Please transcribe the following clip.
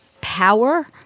power